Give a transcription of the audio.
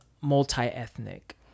multi-ethnic